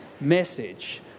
message